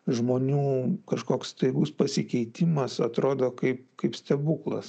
žmonių kažkoks staigus pasikeitimas atrodo kaip kaip stebuklas